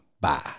Bye